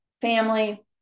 family